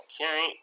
okay